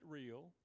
real